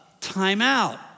timeout